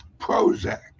Prozac